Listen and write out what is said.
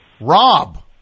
Rob